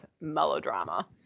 melodrama